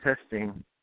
testing